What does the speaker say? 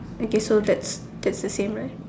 okay so that's that's the same right